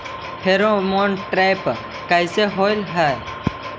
Pheromone trap कैसे होब हई?